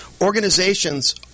organizations